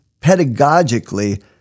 pedagogically